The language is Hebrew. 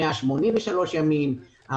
183 ימים,